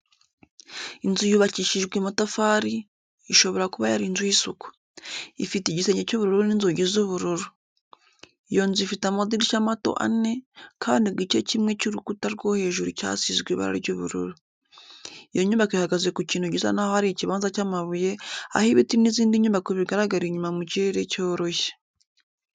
Inzu yubakishijwe amatafari, ishobora kuba yari inzu y'isuku. Ifite igisenge cy'ubururu n'inzugi z'ubururu. Iyo nzu ifite amadirishya mato ane, kandi igice kimwe cy'urukuta rwo hejuru cyasizwe ibara ry'ubururu. Iyo nyubako ihagaze ku kintu gisa n'aho ari ikibanza cy'amabuye, aho ibiti n'izindi nyubako bigaragara inyuma mu kirere cyoroshye.